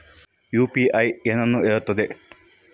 UPI ಏನನ್ನು ಹೇಳುತ್ತದೆ?